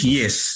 Yes